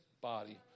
body